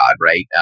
right